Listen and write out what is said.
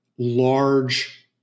large